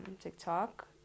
TikTok